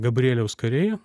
gabrieliaus kariai